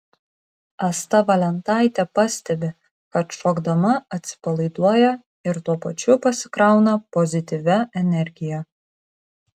asta valentaitė pastebi kad šokdama atsipalaiduoja ir tuo pačiu pasikrauna pozityvia energija